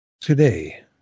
Today